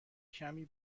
کمی